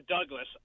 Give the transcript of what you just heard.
Douglas